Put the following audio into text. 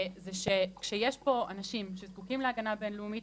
זה שכשיש פה אנשים שזקוקים להגנה בין-לאומית,